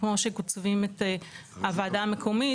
כמו שקוצבים את הוועדה המקומית,